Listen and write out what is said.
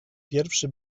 pierwszy